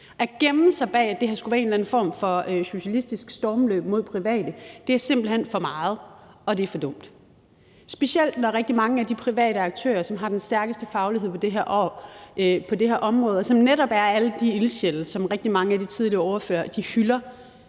At gemme sig bag, at det her skulle være en eller anden form for socialistisk stormløb mod private, er simpelt hen for meget, og det er for dumt, specielt når rigtig mange af de private aktører, som har den stærkeste faglighed på det her område, og som netop er alle de ildsjæle, som rigtig mange af de tidligere ordførere hylder,